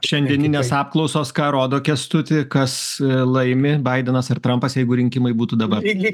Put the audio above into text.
šiandieninės apklausos ką rodo kęstuti kas laimi baidenas ir trampas jeigu rinkimai būtų dabar